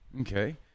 Okay